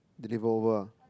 deliver over ah